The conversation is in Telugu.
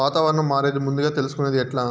వాతావరణం మారేది ముందుగా తెలుసుకొనేది ఎట్లా?